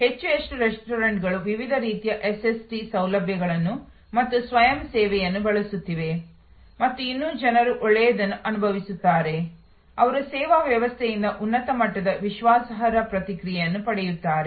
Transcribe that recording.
ಹೆಚ್ಚು ಹೆಚ್ಚು ರೆಸ್ಟೋರೆಂಟ್ಗಳು ವಿವಿಧ ರೀತಿಯ ಎಸ್ಎಸ್ಟಿ ಸೌಲಭ್ಯಗಳನ್ನು ಮತ್ತು ಸ್ವಯಂ ಸೇವೆಯನ್ನು ಬಳಸುತ್ತಿವೆ ಮತ್ತು ಇನ್ನೂ ಜನರು ಒಳ್ಳೆಯದನ್ನು ಅನುಭವಿಸುತ್ತಾರೆ ಅವರು ಸೇವಾ ವ್ಯವಸ್ಥೆಯಿಂದ ಉನ್ನತ ಮಟ್ಟದ ವಿಶ್ವಾಸಾರ್ಹ ಪ್ರತಿಕ್ರಿಯೆಯನ್ನು ಪಡೆಯುತ್ತಾರೆ